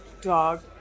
dog